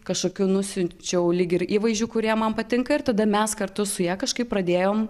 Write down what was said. kažkokių nusiunčiau lyg ir įvaizdžių kurie man patinka ir tada mes kartu su ja kažkaip pradėjom